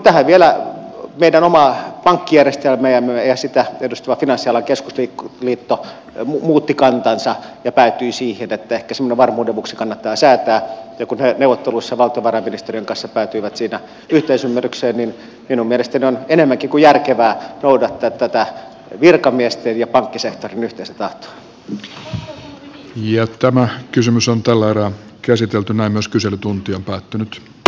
kun vielä meidän oma pankkijärjestelmämme ja sitä edustava finanssialan keskusliitto muuttivat kantansa ja päätyivät siihen että ehkä semmoinen varmuuden vuoksi kannattaa säätää ja kun he neuvotteluissa valtiovarainministeriön kanssa päätyivät siinä yhteisymmärrykseen niin minun mielestäni on enemmänkin kuin järkevää noudattaa tätä virkamiesten ja tämä kysymys on tällä erää käsiteltynä myös kyselytunti on päättynyt p